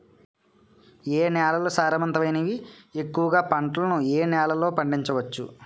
ఏ నేలలు సారవంతమైనవి? ఎక్కువ గా పంటలను ఏ నేలల్లో పండించ వచ్చు?